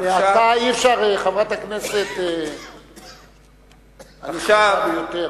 מעתה אי-אפשר, חברת הכנסת הנכבדה ביותר.